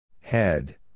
Head